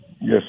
Yes